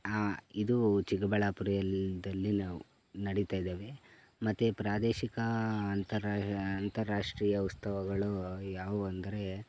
ಹಾಂ ಇದು ಚಿಕ್ಕಬಳ್ಳಾಪುರ ಎಲ್ಲಿದ್ದಲ್ಲಿ ನಾವು ನಡೀತ ಇದೇವೆ ಮತ್ತು ಪ್ರಾದೇಶಿಕ ಅಂತರ ಅಂತಾರಾಷ್ಟ್ರೀಯ ಉತ್ಸವಗಳು ಯಾವುವು ಅಂದರೆ